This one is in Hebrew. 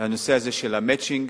זה הנושא הזה של ה"מצ'ינג".